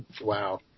Wow